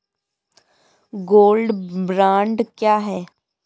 Gold bond क्या है?